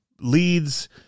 leads